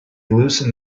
loosened